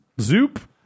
Zoop